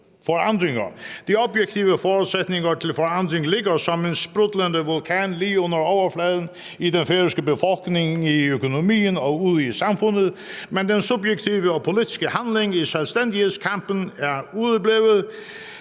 De objektive forudsætninger for forandring ligger som en sprudlende vulkan lige under overfladen hos den færøske befolkning, i økonomien og ude i samfundet, men den subjektive og politiske handling i selvstændighedskampen er udeblevet,